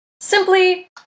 simply